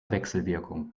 wechselwirkung